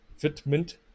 fitment